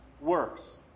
works